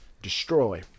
Destroy